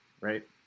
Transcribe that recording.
right